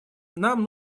нам